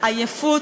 עייפות,